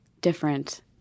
different